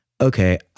okay